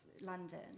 London